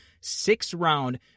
six-round